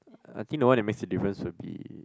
I think the one that makes it different would be